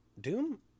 Doom